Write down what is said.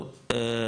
טוב,